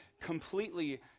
completely